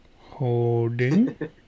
Holding